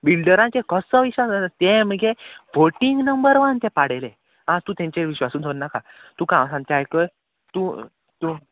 बिल्डरांचे कसो विश्वास जाता ते मगे फोटींग नंबर वन तें पाडेले आं तूं तेंचे विश्वासूत दवर नाका तुका हांव सांच्या आयक तूं तूं